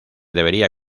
debería